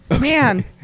Man